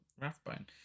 Rathbone